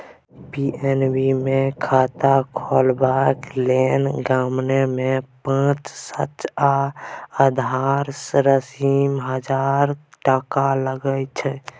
PNB मे खाता खोलबाक लेल गाममे पाँच सय आ अधहा शहरीमे हजार टका लगै छै